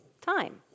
time